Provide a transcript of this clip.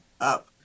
up